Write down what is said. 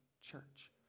church